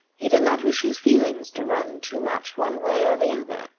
he did not wish his feelings to run too much one way or the other.